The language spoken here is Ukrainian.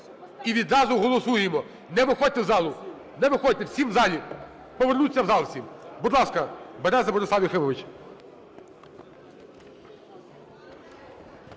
І відразу голосуємо. Не виходьте з залу, не виходьте, всі в залі, повернутися в зал усім. Будь ласка, Береза Борислав Юхимович.